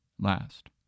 last